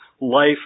life